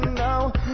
now